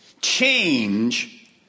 change